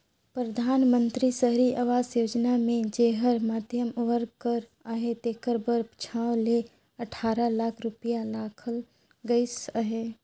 परधानमंतरी सहरी आवास योजना मे जेहर मध्यम वर्ग कर अहे तेकर बर छव ले अठारा लाख रूपिया राखल गइस अहे